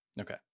Okay